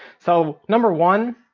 so number one,